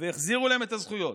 והחזירו להם את הזכויות.